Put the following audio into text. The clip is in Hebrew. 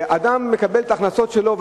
אדם מקבל את ההכנסות שלו,